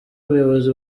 umuyobozi